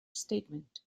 statement